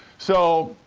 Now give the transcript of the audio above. so,